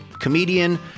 comedian